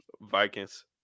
Vikings